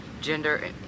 gender